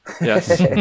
Yes